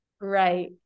Right